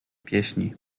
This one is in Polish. pieśni